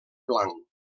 blanc